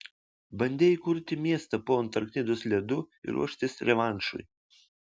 bandei įkurti miestą po antarktidos ledu ir ruoštis revanšui